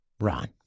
Ron